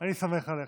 אני סומך עליך.